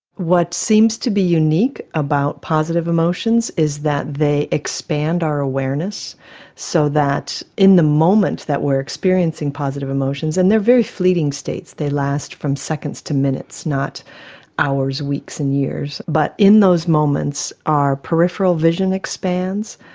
what seems to be unique about positive emotions is that they expand our awareness so that in the moment that we are experiencing positive emotions, and they are very fleeting states, they last from seconds to minutes, not hours, weeks and years. but in those moments our peripheral vision expands,